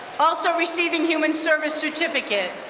also receiving human service certificate.